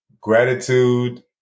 gratitude